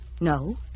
No